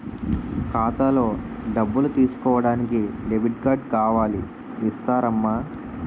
ఖాతాలో డబ్బులు తీసుకోడానికి డెబిట్ కార్డు కావాలి ఇస్తారమ్మా